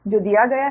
जो दिया गया है